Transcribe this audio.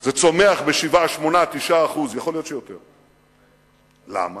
זה צומח ב-7%, 8%, 9%, יכול להיות שיותר, למה?